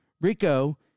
Rico